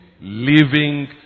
Living